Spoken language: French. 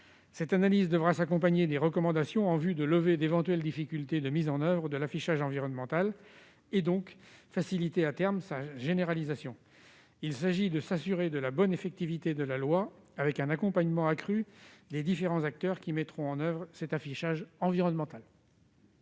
Cette analyse devra s'accompagner de recommandations en vue de lever d'éventuelles difficultés de mise en oeuvre de l'affichage environnemental et, donc, de faciliter sa généralisation à terme. Ce dispositif vise à s'assurer de la bonne effectivité de la loi en prévoyant un accompagnement accru des différents acteurs qui mettront en oeuvre cet affichage environnemental.